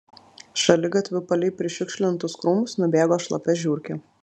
šaligatviu palei prišiukšlintus krūmus nubėgo šlapia žiurkė